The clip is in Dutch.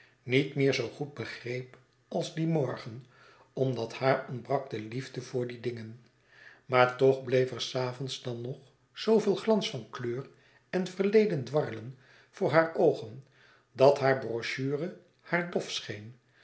niet meer zoo goed begreep als dien morgen omdat haar ontbrak de liefde voor die dingen maar toch bleef er s avonds dan nog zooveel glans van kleur en verleden dwarrelen voor hare oogen dat haar brochure haar dof scheen